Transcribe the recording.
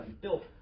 built